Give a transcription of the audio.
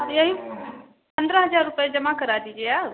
अब यही पंद्रह हज़ार रुपये जमा करा दीजिए आप